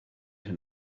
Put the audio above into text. hyn